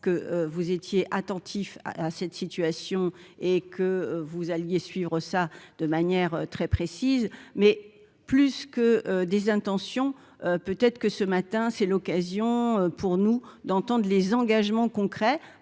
que vous étiez attentif à cette situation et que vous alliez suivre ça de manière très précise, mais plus que des intentions, peut être que ce matin, c'est l'occasion pour nous d'entendre les engagements concrets